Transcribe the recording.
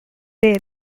rare